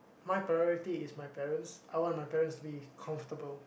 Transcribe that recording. my priority is my parents I want my parents to be comfortable